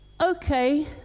okay